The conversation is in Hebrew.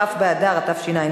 כ' באדר התשע"ב,